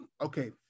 okay